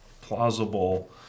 plausible